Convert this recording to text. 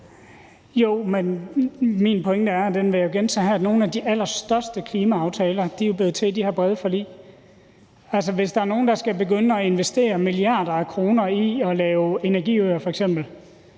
og den vil jeg gentage her, at nogle af de allerstørste klimaaftaler er blevet til i de her brede forlig. Hvis der er nogen, der skal begynde at investere milliarder af kroner i at lave energiøer